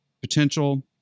potential